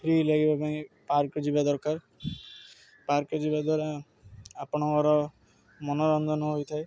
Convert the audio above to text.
free ଲାଗିବା ପାଇଁ park ଯିବା ଦରକାର ପାର୍କ ଯିବା ଦ୍ୱାରା ଆପଣଙ୍କର ମନୋରଞ୍ଜନ ହୋଇଥାଏ